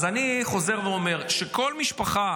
אז אני חוזר ואומר שכל משפחה